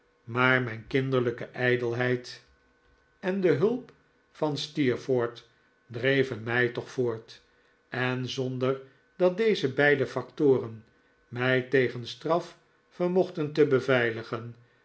maar mijn kinderlijke ijdelheid en de hulp van steerforth dreyen mij toch voort en zonder dat deze beide factoren mij tegen straf vermochten te beveiligen